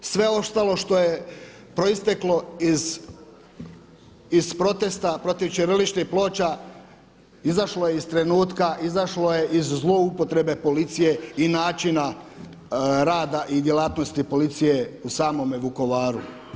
Sve ostalo što je proisteklo iz protesta protiv ćiriličnih ploča izašlo je iz trenutka, izašlo je iz zloupotrebe policije i načina rada i djelatnosti policije u samome Vukovaru.